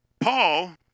Paul